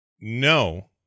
no